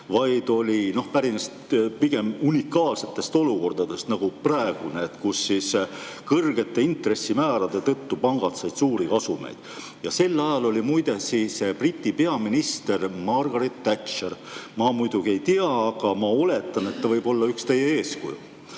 vaid pärines pigem unikaalsetest olukordadest nagu praegune, kus kõrgete intressimäärade tõttu pangad said suuri kasumeid. Ja sel ajal oli muide Briti peaminister Margaret Thatcher. Ma muidugi ei tea, aga ma oletan, et ta võib olla üks teie eeskuju.